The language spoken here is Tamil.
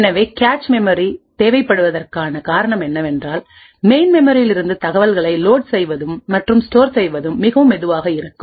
எனவே கேச் மெமரிதேவைப்படுவகத்திற்கான காரணம்என்னவென்றால்மெயின் மெமரியில் இருந்து தகவல்களைலோட் செய்வதும் மற்றும் ஸ்டோர் செய்வதும்மிகவும் மெதுவாக இருக்கும்